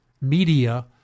media